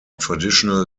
traditional